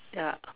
ya